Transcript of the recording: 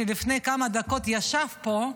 שלפני כמה דקות ישב פה,